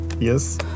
yes